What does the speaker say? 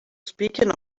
speaking